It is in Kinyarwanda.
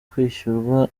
kwishyurwa